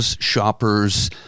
shoppers